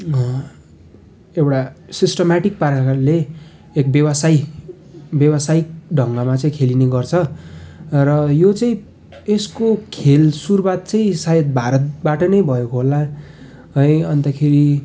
एउटा सिस्टम्याटिक पाराले एक व्यवसायी व्यावसायिक ढङ्गमा चाहिँ खेलिने गर्छ र यो चाहिँ यसको खेल सुरुआत चाहिँ सायद भारतबाट नै भएको होला है अन्तखेरि